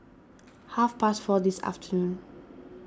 half past four this afternoon